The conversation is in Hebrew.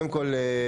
קודם כל,